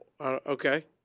Okay